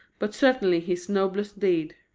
but certainly his noblest deed.